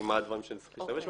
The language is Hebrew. מה הדברים שצריכים להשתמש בהם.